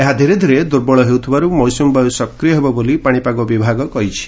ଏହା ଧୀରେ ଧୀରେ ଦୁର୍ବଳ ହେଉଥିବାରୁ ମୌସୁମୀବାୟୁ ସକ୍ରିୟ ହେବ ବୋଲି ପାଣିପାଗ ବିଭାଗ କହିଛି